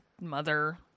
mother